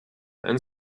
and